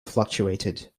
fluctuated